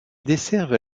desservent